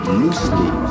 loosely